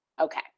Okay